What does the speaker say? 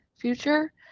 future